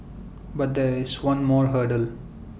but there is one more hurdle